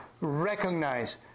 recognize